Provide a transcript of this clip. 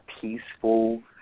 peaceful